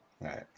right